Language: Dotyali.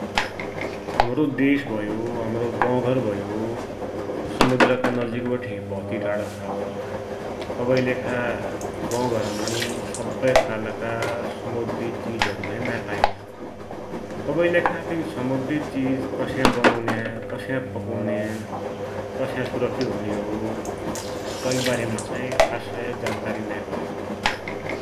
हमरो देश भयो, हमरो गौघर भयो, समुद्रका नजीकबठे भौती टाढा छ । तवैकीलेखा गौधरमुणी सब्बै खालका समुद्री चिज नाइ पाइना । तवैकीलेखा तिन समुद्री चिज कस्या बनुन्या, कस्या पकुन्या, कस्या सुरक्षित हुन्याहो तैकि वारेमा चाहि खासै जानकारी नाइ भयो ।